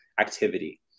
activity